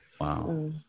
Wow